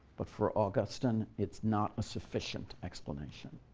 but for augustine, it's not a sufficient explanation.